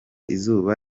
izuba